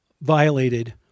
violated